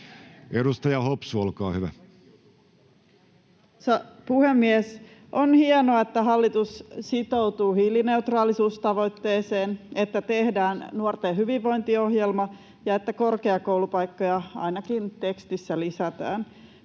Edustaja Hopsu, olkaa hyvä. Arvoisa puhemies! On hienoa, että hallitus sitoutuu hiilineutraalisuustavoitteeseen, että tehdään nuorten hyvinvointiohjelma ja että korkeakoulupaikkoja ainakin tekstissä lisätään.